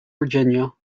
virginia